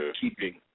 keeping